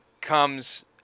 comes